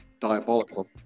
diabolical